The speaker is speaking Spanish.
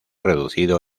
reducido